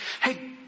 hey